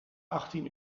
achttien